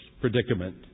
predicament